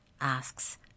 asks